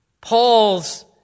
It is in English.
Paul's